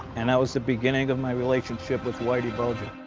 and that was the beginning of my relationship with whitey bulger.